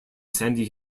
sandy